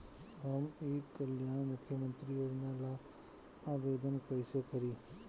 हम ई कल्याण मुख्य्मंत्री योजना ला आवेदन कईसे करी?